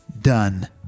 done